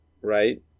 right